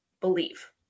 believe